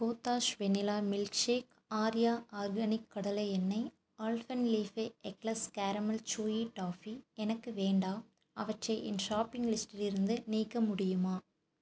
கோத்தாஷ் vanilla milkshake ஆர்யா organic கடலை எண்ணெய் Alpenliebe eclairs caramel chewy toffee எனக்கு வேண்டாம் அவற்றை என் ஷாப்பிங் லிஸ்டிலிருந்து நீக்க முடியுமா